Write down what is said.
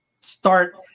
start